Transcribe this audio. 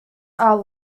are